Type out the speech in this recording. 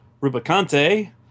Rubicante